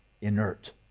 inert